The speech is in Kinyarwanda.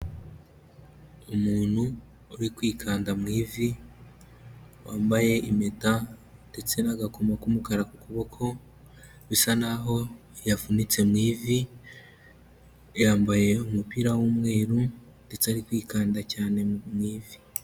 Umuntu uri kwikanda mu ivi, wambaye impeta ndetse n'agakomo k'umukara ku kuboko, bisa naho yavunitse mu ivi, yambaye umupira w'umweru ndetse ari kwikanda cyane mu ivi.